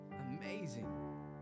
amazing